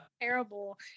Terrible